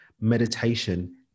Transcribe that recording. meditation